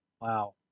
Wow